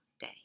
day